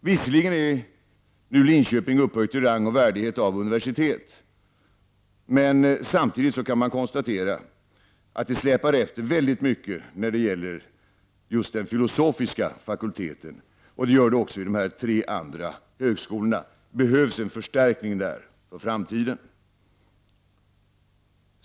Visserligen är högskolan i Linköping nu upphöjd till rang och värdighet av universitet, men man kan samtidigt konstatera att det släpar efter väldigt mycket just när det gäller den filosofiska fakulteten. Det är också fallet när det gäller de tre andra högskolorna. Det behövs där en förstärkning inför framtiden.